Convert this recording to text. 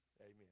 Amen